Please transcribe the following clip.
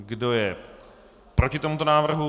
Kdo je proti tomuto návrhu?